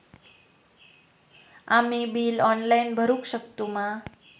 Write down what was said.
आम्ही bill online भरुक शकतू मा?